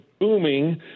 booming